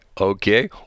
okay